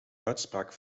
uitspraak